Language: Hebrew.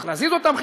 צריך להזיז אותם,